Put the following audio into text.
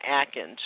Atkins